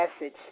message